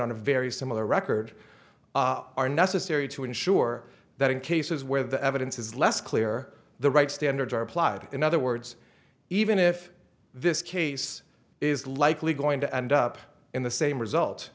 on a very similar record are necessary to ensure that in cases where the evidence is less clear the right standards are applied in other words even if this case is likely going to end up in the same result